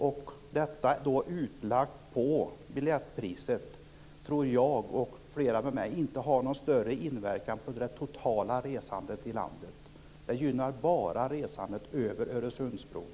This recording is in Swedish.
Utlagt på biljettpriset tror jag och flera med mig inte att det har någon större inverkan på det totala resandet i landet. Det gynnar bara resandet över Öresundsbron.